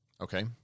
Okay